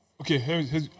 Okay